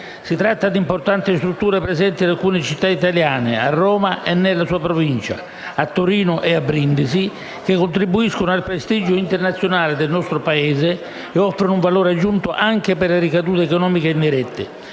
Si tratta di importanti strutture presenti in alcune città italiane - a Roma e nella sua provincia, a Torino e a Brindisi - che contribuiscono al prestigio internazionale del nostro Paese e offrono un valore aggiunto anche per le ricadute economiche indirette,